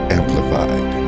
Amplified